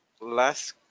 Last